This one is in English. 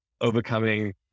overcoming